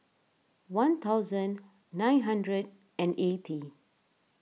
one thousand nine hundred and eighty